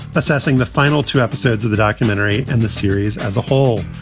assessing the final two episodes of the documentary and the series as a whole.